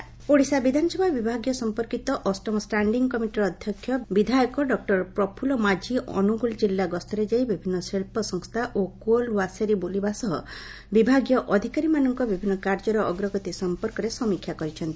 ସମୀକ୍ଷା ଓଡ଼ିଆ ବିଧାନସଭା ବିଭାଗୀୟ ସମ୍ମର୍କିତ ଅଷ୍ଟମ ଷ୍ଟାଣ୍ଡିଂ କମିଟିର ଅଧ୍ଧକ୍ଷ ବିଧାୟକ ଡା ପ୍ରଫୁଲ୍ ମାଝୀ ଅନୁଗୁଳ ଜିଲ୍ଲା ଗସ୍ତରେ ଯାଇ ବିଭିନ୍ ଶିକ୍କ ସଂସ୍କା ଓ କୋଲ୍ ଓ୍ୱାସେରୀ ବୁଲିବା ସହ ବିଭାଗୀୟ ଅଧିକାରୀମାନଙ୍କ ବିଭିନ୍ନ କାର୍ଯ୍ୟର ସମୀକ୍ଷା କରିଛନ୍ତି